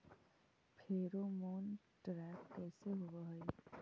Pheromone trap कैसे होब हई?